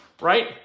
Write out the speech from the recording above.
right